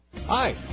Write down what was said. Hi